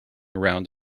around